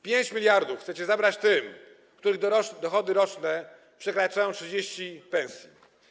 5 mld chcecie zabrać tym, których dochody roczne przekraczają 30 pensji.